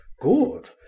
good